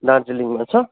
दार्जिलिङमा छ